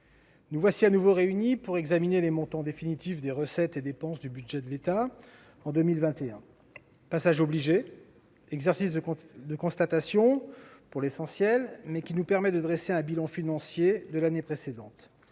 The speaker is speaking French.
nous voici de nouveau réunis pour examiner les montants définitifs des recettes et dépenses du budget de l'État en 2021. Il s'agit d'un passage obligé, un exercice de constatation pour l'essentiel, mais qui nous permet de dresser un bilan financier de l'année précédente